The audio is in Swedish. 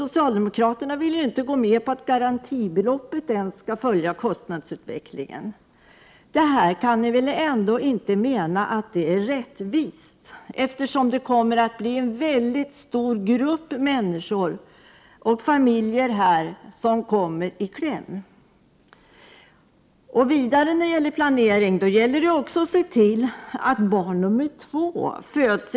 Socialdemokraterna vill inte ens gå med på att garantibeloppet skall följa kostnadsutvecklingen. Ni kan inte mena att detta är rättvist, eftersom en mycket stor grupp människor kommer i kläm. Det gäller också att se till att nästa barn föds inom två och ett halvt år efter det tidigare barnets födelse.